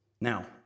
Now